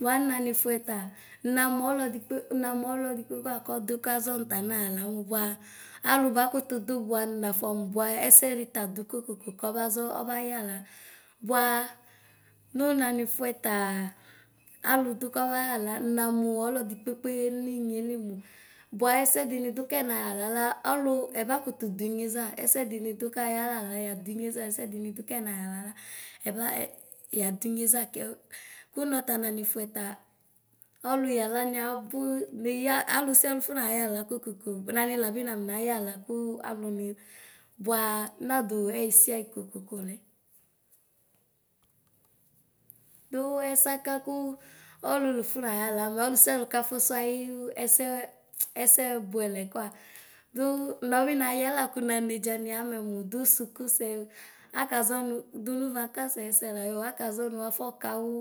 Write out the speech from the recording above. Bua nnanifuɛ ta namɔlikpe namolɔdikpe kue akɔdu kaʒɔ nta nayala mu bua alu bakutu du bua nafɔmu bua ɛsɛdi tadu Kokoko kɛbɛɖɛ ʃayala. Bua mu nanifɛ taɖa, aludu kabayala, nnanu sɔdzikpɛkpɛ ninyeɖi mu. Bua sɔsɛdinɛ du kɛnayala la, alu Eba kutu dinyeza, sɔsɛdinɛ kayala la yadineyeza, Esɛdinɛ kɛnayala la ɛba… yadineyeza kɛ… kunsta nanifɛ ta ʃuyɛtɛ mɔdzɛ ninya aluʃialu afɔnyala kokoko; kɛ nanilabi nafɔna yala kun aluni bua nadu ɛyisiyɛyi kokoko lɛ. Buɛsɛaka kɛ fulufɔna yala bɔluɖɛlu kafusu ganyin ɛsɛ "plɛ" ɛsɛuɛlɛ koa lu mɔɖi nayala kun nameɖinɛ amɛnu du sɛkusɛ, akɛgɔnɛ ɖumi vakari ayɛsɛ leɔ; akɛgɔnɛ afɔkanɛ